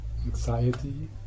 anxiety